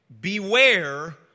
Beware